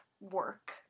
work